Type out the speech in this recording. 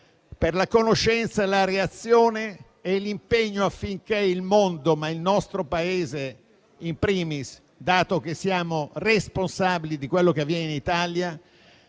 per la conoscenza, la reazione e affinché nel mondo, ma nel nostro Paese *in primis* - dato che siamo responsabili di quello che avviene in Italia